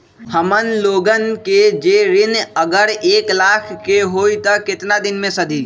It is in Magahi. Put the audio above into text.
हमन लोगन के जे ऋन अगर एक लाख के होई त केतना दिन मे सधी?